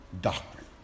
doctrine